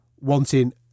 wanting